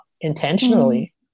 intentionally